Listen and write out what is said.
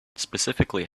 specifically